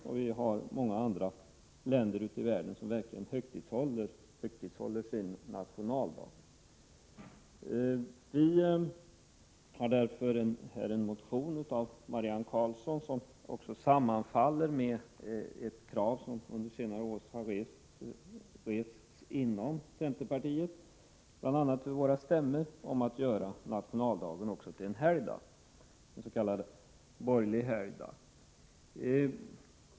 Det finns många andra länder ute i världen där man verkligen högtidlighåller sin nationaldag. Marianne Karlsson har väckt en motion med ett innehåll som sammanfaller med ett krav som rests inom centerpartiet, bl.a. på våra stämmor, på att göra nationaldagen till en helgdag, s.k. borgerlig helgdag.